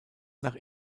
nach